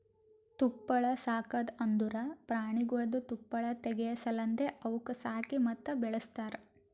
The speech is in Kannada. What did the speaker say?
ತುಪ್ಪಳ ಸಾಕದ್ ಅಂದುರ್ ಪ್ರಾಣಿಗೊಳ್ದು ತುಪ್ಪಳ ತೆಗೆ ಸಲೆಂದ್ ಅವುಕ್ ಸಾಕಿ ಮತ್ತ ಬೆಳಸ್ತಾರ್